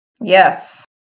Yes